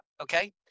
okay